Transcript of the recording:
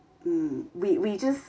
mm we we just